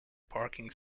parking